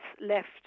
left